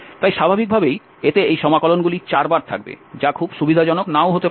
তাই স্বাভাবিকভাবেই এতে এই সমাকলনগুলি চারবার থাকবে যা খুব সুবিধাজনক নাও হতে পারে